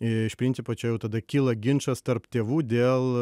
iš principo čia jau tada kyla ginčas tarp tėvų dėl